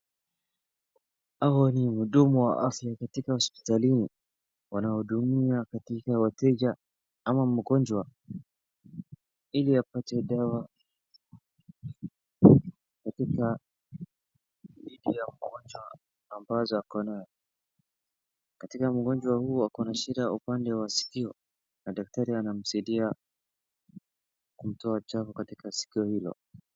Hao ni wahudumu wa afya katika hospitalini wanaohudumia katika wateja ama mgonjwa ili apate dawa katika kutibu ugonjwa ambazo ako nayo . Katika mgonjwa huu wako na shida upande wa sikio na daktari anamsaidia kutoa chafu katika sikio hilo.